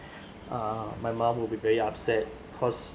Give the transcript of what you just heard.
uh my mom will be very upset cause